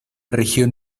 región